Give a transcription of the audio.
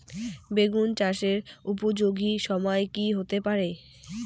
বেগুন চাষের উপযোগী সময় কি হতে পারে?